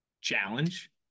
challenge